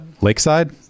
Lakeside